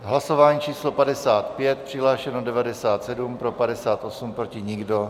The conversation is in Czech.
Hlasování číslo 55, přihlášeno 97, pro 58, proti nikdo.